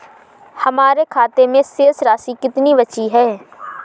हमारे खाते में शेष राशि कितनी बची है?